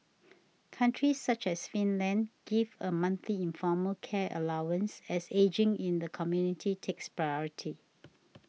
countries such as Finland give a monthly informal care allowance as ageing in the community takes priority